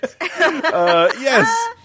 Yes